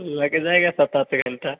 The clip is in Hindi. लग जाएगा सत आत घंटा